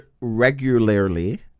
regularly